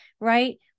right